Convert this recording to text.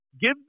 Give